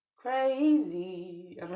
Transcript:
Crazy